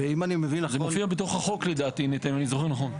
זה מופיע בתוך החוק לדעתי, אם אני זוכר נכון.